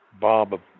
Bob